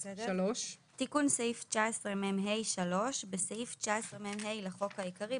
תיקון סעיף 19מה 3. בסעיף 19מה לחוק העיקרי,